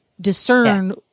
discern